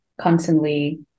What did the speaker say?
constantly